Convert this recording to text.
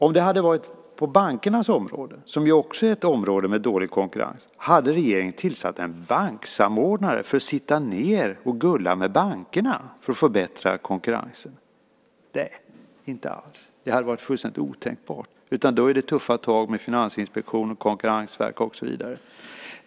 Om det hade varit på bankernas område, som ju också är ett område med dålig konkurrens, undrar jag: Hade regeringen tillsatt en banksamordnare för att sitta ned och gulla med bankerna för att förbättra konkurrensen? Nej, inte alls. Det hade varit fullständigt otänkbart, utan då är det tuffa tag med finansinspektion och konkurrensverk och så vidare.